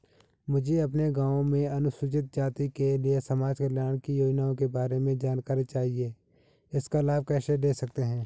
मुझे अपने गाँव में अनुसूचित जाति के लिए समाज कल्याण की योजनाओं के बारे में जानकारी चाहिए इसका लाभ कैसे ले सकते हैं?